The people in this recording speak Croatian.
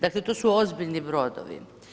Dakle, to su ozbiljni brodovi.